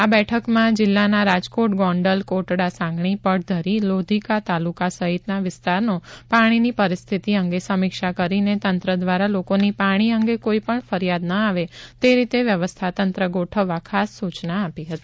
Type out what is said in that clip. આ બેઠકમાં જિલ્લાના રાજકોટગોંડલ કોટડાસાંગાણી પડધરી લોધીકા તાલુકા સહીતના વિસ્તારનો પાણીની પરિસ્થિત અંગે સમિક્ષા કરીને તંત્ર દ્વારા લોકોની પાણી અંગે કોઇ પણ ફરિયાદ ન આવે તે રીતે વ્યવસ્થા તંત્ર ગોઠવવા ખાસ સુચના આપી હતી